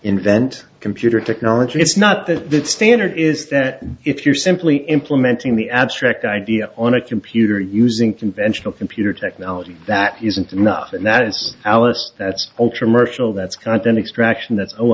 invent computer technology that's not the standard is that if you're simply implementing the abstract idea on a computer using conventional computer technology that isn't enough and that it's alast that's ultra mercial that's